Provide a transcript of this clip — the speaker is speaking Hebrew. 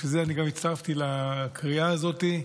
בשביל זה גם הצטרפתי לקריאה הזאת.